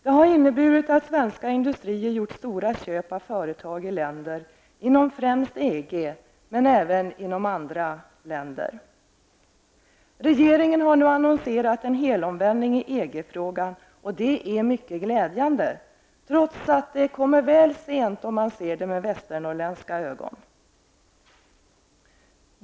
Detta har inneburit att svenska industrier har gjort stora köp av företag främst i länder inom EG, men även i andra länder. Regeringen har nu annonserat en helomvändning i EG-frågan, och det är mycket glädjande, trots att det kommer väl sent om man ser det med västernorrländska ögon.